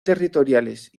territoriales